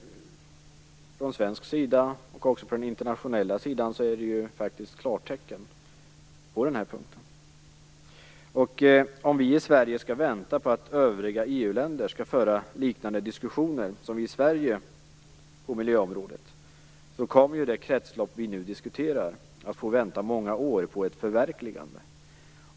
Från svensk och även från internationell sida har det alltså getts klartecken på den här punkten. Om vi i Sverige skall vänta på att övriga EU-länder skall föra liknande diskussioner som i Sverige på miljöområdet kommer det kretslopp vi nu diskuterar att få vänta i många år på ett förverkligande.